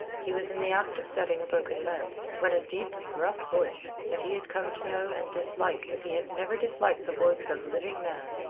he was in the act of setting a broken leg, when a deep, gruff voice, that he had come to know and dislike as he had never disliked the voice of living man,